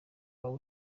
waba